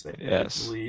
Yes